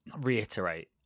reiterate